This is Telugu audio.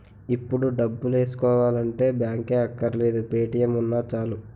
ఇప్పుడు డబ్బులేసుకోవాలంటే బాంకే అక్కర్లేదు పే.టి.ఎం ఉన్నా చాలు